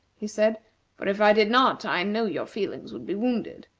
he said for if i did not, i know your feelings would be wounded.